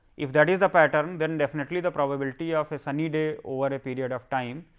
if that is the pattern then definitely the probability of a sunny day over a period of time,